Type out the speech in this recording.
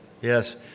Yes